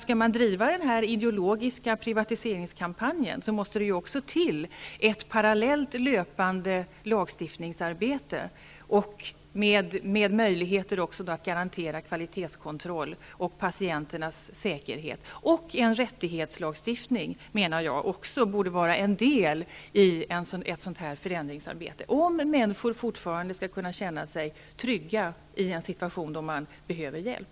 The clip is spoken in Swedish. Skall man driva den här ideologiska privatiseringskampanjen måste det till ett parallellt löpande lagstiftningsarbete med möjligheter att garantera kvalitetskontroll och patienternas säkerhet. En rättighetslagstiftning borde, menar jag också, vara en del i ett sådant förändringsarbete, för att människor skall kunna känna sig trygga i en situation då de behöver hjälp.